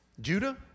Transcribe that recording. Judah